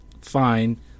fine